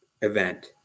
event